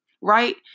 Right